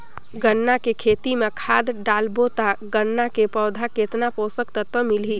गन्ना के खेती मां खाद डालबो ता गन्ना के पौधा कितन पोषक तत्व मिलही?